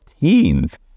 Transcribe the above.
teens